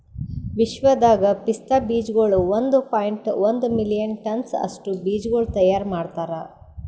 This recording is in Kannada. ವಿಶ್ವದಾಗ್ ಪಿಸ್ತಾ ಬೀಜಗೊಳ್ ಒಂದ್ ಪಾಯಿಂಟ್ ಒಂದ್ ಮಿಲಿಯನ್ ಟನ್ಸ್ ಅಷ್ಟು ಬೀಜಗೊಳ್ ತೈಯಾರ್ ಮಾಡ್ತಾರ್